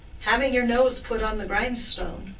having your nose put on the grindstone.